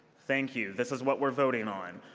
thank you. this is what we're voting on.